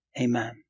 amen